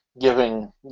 giving